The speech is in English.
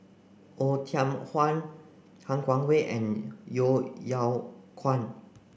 Oei Tiong Ham Han Guangwei and Yeo Yeow Kwang